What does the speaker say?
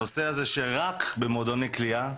הנושא הזה שרק במועדוני קליעה,